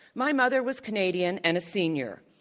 my mother was canadian and a senior.